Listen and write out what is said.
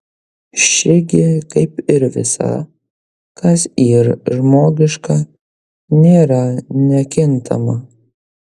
ši gi kaip ir visa kas yr žmogiška nėra nekintama